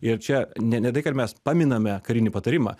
ir čia ne ne tai kad mes paminame karinį patarimą